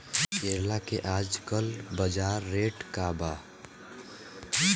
करेला के आजकल बजार रेट का बा?